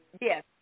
yes